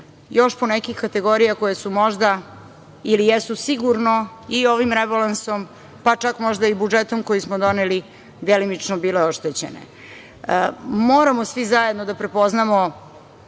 još po nekih kategorija koje su možda ili jesu sigurno i ovim rebalansom, pa čak možda i budžetom koji smo doneli delimično bile oštećene. Moramo svi zajedno da prepoznamo